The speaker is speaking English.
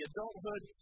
Adulthood